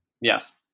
Yes